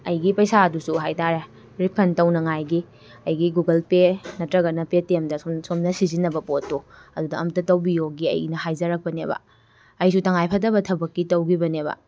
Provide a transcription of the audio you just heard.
ꯑꯩꯒꯤ ꯄꯩꯁꯥꯗꯨꯁꯨ ꯍꯥꯏ ꯇꯥꯔꯦ ꯔꯤꯐꯟ ꯇꯧꯅꯉꯥꯏꯒꯤ ꯑꯩꯒꯤ ꯒꯨꯒꯜ ꯄꯦ ꯅꯠꯇ꯭ꯔꯒꯅ ꯄꯦ ꯇꯤ ꯑꯦꯝꯗ ꯁꯣꯝ ꯁꯣꯝꯅ ꯁꯤꯖꯤꯟꯅꯕ ꯄꯣꯠꯇꯣ ꯑꯗꯨꯗ ꯑꯝꯇ ꯇꯧꯕꯤꯌꯣꯒꯤ ꯑꯩꯅ ꯍꯥꯏꯖꯔꯛꯄꯅꯦꯕ ꯑꯩꯁꯨ ꯇꯉꯥꯏꯐꯗꯕ ꯊꯕꯛꯀꯤ ꯇꯧꯈꯤꯕꯅꯦꯕ